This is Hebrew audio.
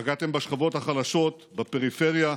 פגעתם בשכבות החלשות, בפריפריה,